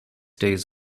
days